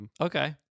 okay